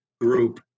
Group